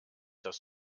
dass